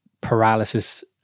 paralysis